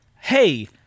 hey